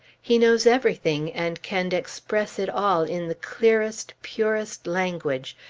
he knows everything, and can express it all in the clearest, purest language,